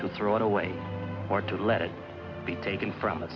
to throw it away or to let it be taken from